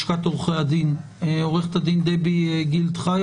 לפעמים של האחסון שלו וכן הייתי רוצה לדעת שבוודאות